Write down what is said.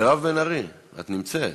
מירב בן ארי, את נמצאת.